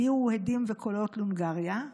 הגיעו הדים וקולות להונגריה.